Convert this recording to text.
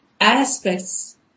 aspects